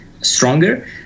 stronger